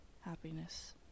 happiness